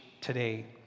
today